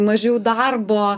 mažiau darbo